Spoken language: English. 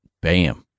Bam